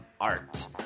art